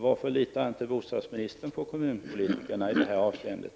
Varför litar inte bostadsministern på kommunpolitikerna i det här avseendet?